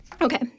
Okay